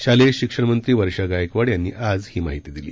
शालेय शिक्षण मंत्री वर्षा गायकवाड यांनी आज ही माहिती दिली